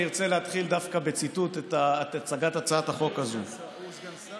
אני ארצה להתחיל את הצגת הצעת החוק הזו דווקא בציטוט: